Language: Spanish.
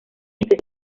entre